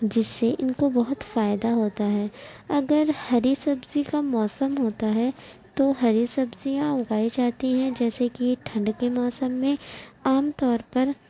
جس سے ان کو بہت فائدہ ہوتا ہے اگر ہری سبزی کا موسم ہوتا ہے تو ہری سبزیاں اگائی جاتی ہیں جیسے کہ ٹھنڈ کے موسم میں عام طور پر